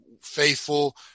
faithful